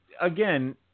again